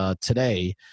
today